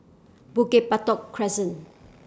Bukit Batok Crescent